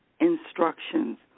instructions